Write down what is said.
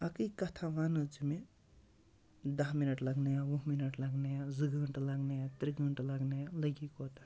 اَکٕے کَتھاہ ووٚن حظ ژٕ مےٚ دَہ مِنٹ لَگنَیا وُہ مِنٹ لَگنَیا زٕ گٲنٛٹہٕ لَگنَیا ترٛےٚ گٲنٛٹہٕ لَگنَیا لَگی کوٗتاہ